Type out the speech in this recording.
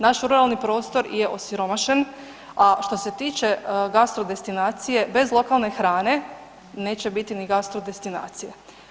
Naš ruralni prostor je osiromašen, a što se tiče gastro destinacije bez lokalne hrane neće biti ni gastro destinacije.